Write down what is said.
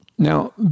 Now